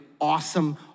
awesome